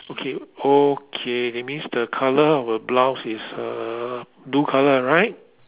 okay okay it means the colour of her blouse is uh blue colour right